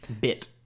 bit